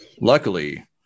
Luckily